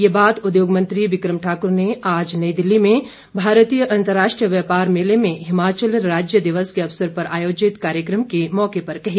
ये बात उद्योग मंत्री बिकम ठाकुर ने आज नई दिल्ली में भारतीय अंतर्राष्ट्रीय व्यापार मेले में हिमाचल राज्य दिवस के अवसर पर आयोजित कार्यक्रम के मौके पर कही